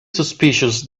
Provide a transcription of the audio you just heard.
suspicious